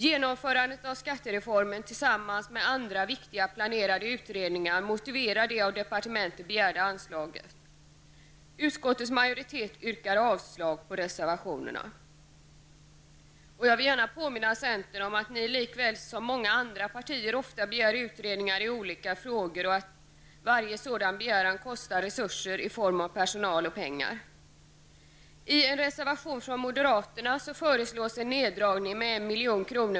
Genomförandet av skattereformen, tillsammans med andra viktiga planerade utredningar, motiverar det av departementet begärda anslaget. Utskottets majoritet yrkar avslag på reservationerna. Jag vill gärna påminna centern om att ni, likväl som många andra partier, ofta begär utredningar i olika frågor och att varje sådan begäran kräver resurser i form av personal och pengar.